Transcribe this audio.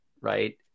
right